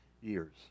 years